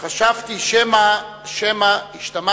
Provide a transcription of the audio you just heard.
וחשבתי שמא השתמשת,